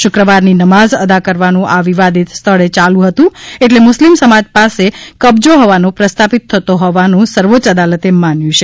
શુક્રવારની નમાઝ અદા કરવાનું આ વિવાદીત સ્થળે યાલુ હતુ એટલે મુસ્લીમ સમાજ પાસે કબજો હોવાનું પ્રસ્થાપિત થતો હોવાનું સર્વોચ્ય અદાલતે માન્યું છે